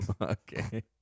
Okay